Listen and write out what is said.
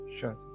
sure